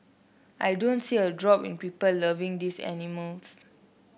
I don't see a drop in people loving these animals